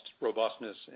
robustness